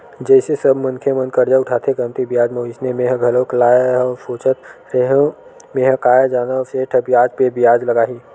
जइसे सब मनखे मन करजा उठाथे कमती बियाज म वइसने मेंहा घलोक लाय हव सोचत रेहेव मेंहा काय जानव सेठ ह बियाज पे बियाज लगाही